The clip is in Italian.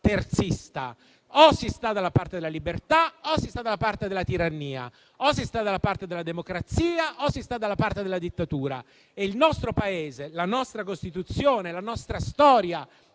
terzista: o si sta dalla parte della libertà o si sta dalla parte della tirannia; o si sta dalla parte della democrazia o si sta dalla parte della dittatura. Il nostro Paese, la nostra Costituzione, la nostra storia,